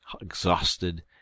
exhausted